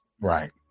right